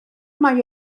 mai